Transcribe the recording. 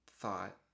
thought